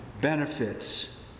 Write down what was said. benefits